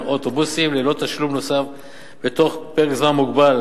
אוטובוסים ללא תשלום נוסף בתוך פרק זמן מוגבל,